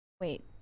wait